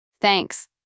Thanks